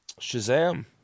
Shazam